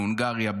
בהונגריה,